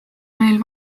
meil